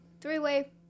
three-way